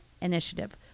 initiative